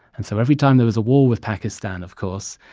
and so every time there was a war with pakistan, of course,